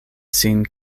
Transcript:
sin